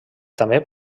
també